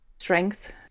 strength